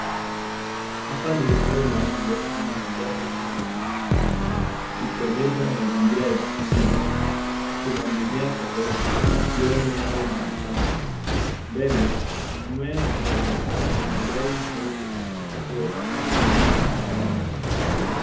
Hapa ni eneo la nje lenye majani mingi na miti ,ikionyesha mazingira ya asili .Kuna mimea tofauti ikiwemo nyasi na vichaka. Mbele mmea mmoja mwenye majani meupe unaonekana wazi.